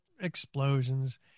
explosions